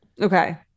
okay